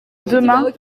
demain